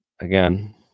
Again